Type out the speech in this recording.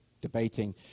debating